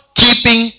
keeping